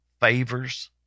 favors